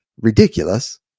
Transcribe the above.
ridiculous